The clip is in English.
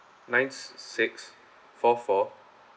nine six four four